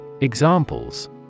Examples